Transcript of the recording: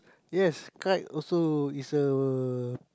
yes kite also is a